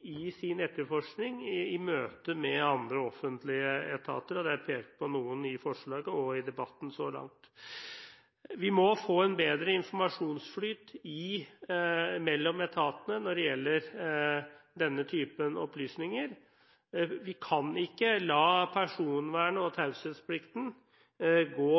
i sin etterforskning i møte med andre offentlige etater, og det er også pekt på noen nye forslag i debatten så langt. Vi må få en bedre informasjonsflyt mellom etatene når det gjelder denne typen opplysninger. Vi kan ikke la personvern og taushetsplikt gå